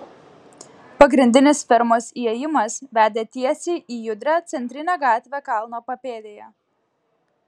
pagrindinis fermos įėjimas vedė tiesiai į judrią centrinę gatvę kalno papėdėje